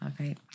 Okay